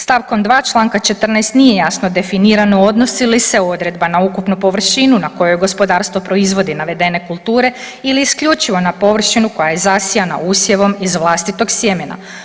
St. 2 čl. 14 nije jasno definirano odnosi li se odredba na ukupnu površinu na kojoj gospodarstvo proizvodi navedene kulture ili isključivo na površinu koja je zasijana usjevom iz vlastitog sjemena.